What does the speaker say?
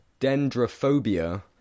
dendrophobia